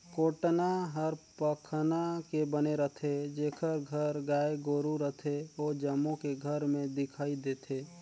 कोटना हर पखना के बने रथे, जेखर घर गाय गोरु रथे ओ जम्मो के घर में दिखइ देथे